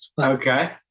Okay